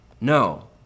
No